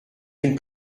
une